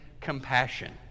compassion